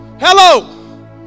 Hello